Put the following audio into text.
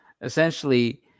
Essentially